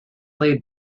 laid